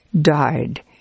died